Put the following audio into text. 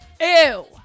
Ew